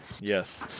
Yes